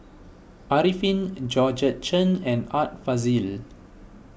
Arifin Georgette Chen and Art Fazil